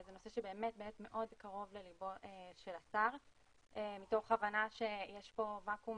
זה נושא שבאמת מאוד קרוב לליבו של השר מתוך הבנה שיש פה וקום